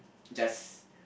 just